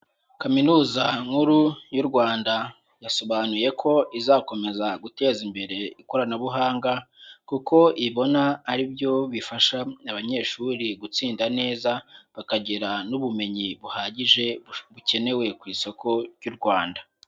Kaminuza nkuru y'u Rwanda yasobanuye ko izakomeza guteza imbere ikoranabuhanga kuko ibona ari byo bifasha abanyeshuri gutsinda neza bakagira n'ubumenyi buhagije bukenewe ku isoko ry'u Rwanda.